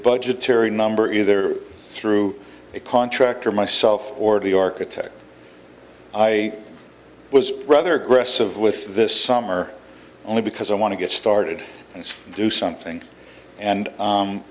budgetary number either through a contractor myself or the architect i was rather aggressive with this summer only because i want to get started and do something and